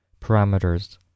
Parameters